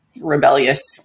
rebellious